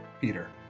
Peter